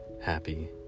happy